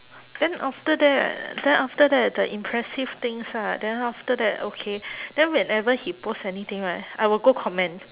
then after that then after that the impressive things ah then after that okay then whenever he post anything right I will go comment